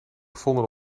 gevonden